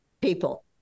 people